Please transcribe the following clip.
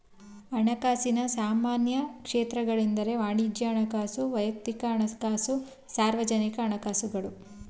ಹಣಕಾಸಿನ ಸಾಮಾನ್ಯ ಕ್ಷೇತ್ರಗಳೆಂದ್ರೆ ವಾಣಿಜ್ಯ ಹಣಕಾಸು, ವೈಯಕ್ತಿಕ ಹಣಕಾಸು, ಸಾರ್ವಜನಿಕ ಹಣಕಾಸುಗಳು